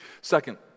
Second